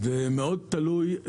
זה מאוד תלוי,